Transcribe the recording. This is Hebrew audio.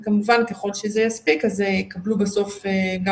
כמובן ככל שזה יספיק אז יקבלו בסוף גם